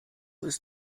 ist